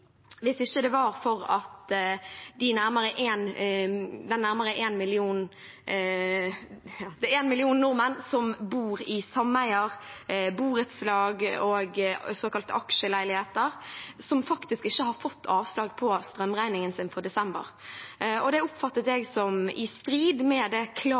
hvis det ikke var for at det er nærmere en million nordmenn som bor i sameier, borettslag og såkalte aksjeleiligheter som faktisk ikke har fått avslag på strømregningen sin for desember. Det oppfatter jeg som i strid med det klare